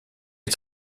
est